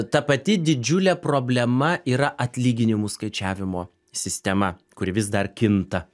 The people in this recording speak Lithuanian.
ta pati didžiulė problema yra atlyginimų skaičiavimo sistema kuri vis dar kinta